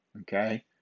okay